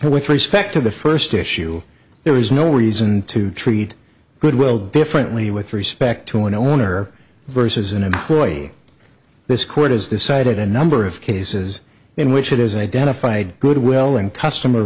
with respect to the first issue there is no reason to treat goodwill differently with respect to an owner versus an employee this court has decided a number of cases in which it is identified goodwill and customer